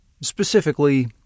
specifically